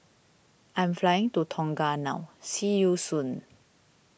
I am flying to Tonga now see you soon